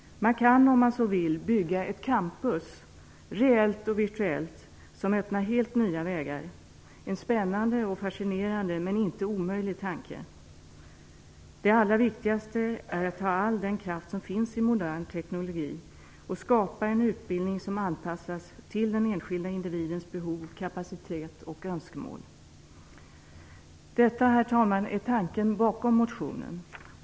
Man kan om man så vill bygga ett "Campus", reellt och virtuellt, som öppnar helt nya vägar. Det är en spännande och fascinerande men inte omöjlig tanke. Det allra viktigaste är att ta all den kraft som finns i modern teknologi och skapa en utbildning som anpassas till den enskilda individens behov, kapacitet och önskemål. Detta, herr talman, är tanken bakom motionen.